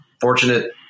fortunate